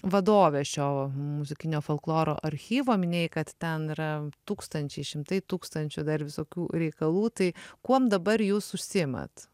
vadovė šio muzikinio folkloro archyvo minėjai kad ten yra tūkstančiai šimtai tūkstančių dar visokių reikalų tai kuom dabar jūs užsiimat